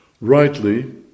Rightly